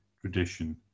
tradition